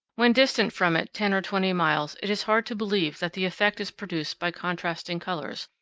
when distant from it ten or twenty miles it is hard to believe that the effect is produced by contrasting colors,